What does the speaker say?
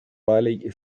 bailey